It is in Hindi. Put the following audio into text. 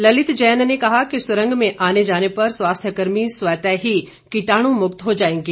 ललित जैन ने कहा कि सुरंग में आने जाने पर स्वास्थ्य कर्मी स्वतः ही कीटाणु मुक्त हो जाएंगे